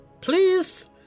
Please